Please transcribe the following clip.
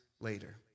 later